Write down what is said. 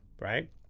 right